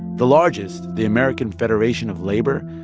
the largest, the american federation of labor,